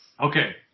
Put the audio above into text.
Okay